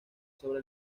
sobre